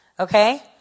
Okay